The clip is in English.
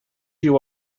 you